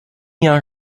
jahr